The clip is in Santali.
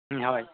ᱦᱳᱭ